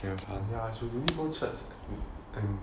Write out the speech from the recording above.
yeah should really go church and